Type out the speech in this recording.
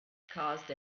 caused